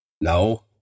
No